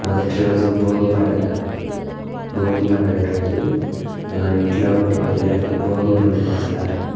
మొదటి రోజు భోగి పండుగ భోగి పండుగ రోజు మా ఇంటిలో ఉండే పిల్లలకి భోగిపళ్ళు పోస్తారు